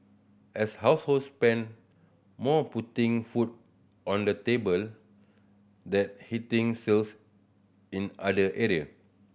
as households spend more putting food on the table that's hitting sales in other area